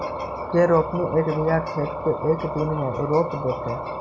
के रोपनी एक बिघा खेत के एक दिन में रोप देतै?